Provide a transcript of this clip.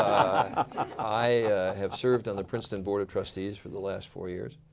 i have served on the princeton board of trustees for the last four years.